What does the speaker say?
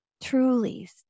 truly